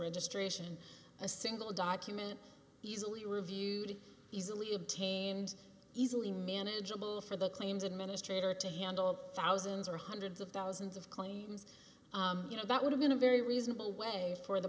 industry action a single document easily reviewed easily obtained easily manageable for the claims administrator to handle thousands or hundreds of thousands of claims you know that would have been a very reasonable way for the